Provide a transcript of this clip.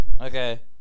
Okay